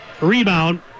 rebound